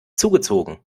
zugezogen